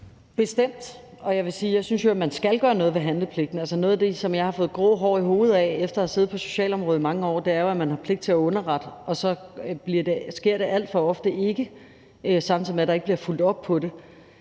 at jeg synes, man skal gøre noget ved handlepligten, som er noget af det, som jeg har fået grå hår i hovedet af, for efter at have siddet på socialområdet i mange år ved jeg, at selv om man har pligt til at underrette, sker det alt for ofte ikke, og samtidig bliver der heller ikke fulgt op på det,